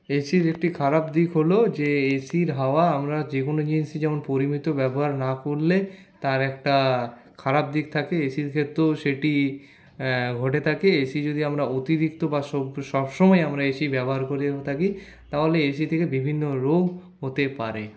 এসির একটি খারাপ দিক হলো যে এসির হাওয়া আমরা যেকোনো জিনিসের যেমন পরিমিত ব্যবহার না করলে তার একটা খারাপ দিক থাকে এসির ক্ষেত্রেও সেটি ঘটে থাকে এসি যদি আমরা অতিরিক্ত বা সবসময় আমরা এসি ব্যবহার করে থাকি তাহলে এসি থেকে বিভিন্ন রোগ হতে পারে